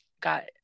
got